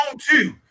two